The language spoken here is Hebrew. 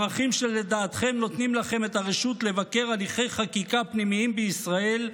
ערכים שלדעתכם נותנים לכם את הרשות לבקר הליכי חקיקה פנימיים בישראל,